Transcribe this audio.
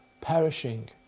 perishing